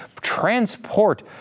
transport